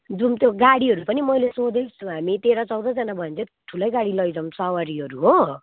जाउँ त्यो गाडीहरू पनि मैले सोधेको छु हामी तेह्र चौधजना भयो भने चाहिँ ठुलै गाडी लैजाउँ सवारीहरू हो